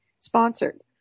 sponsored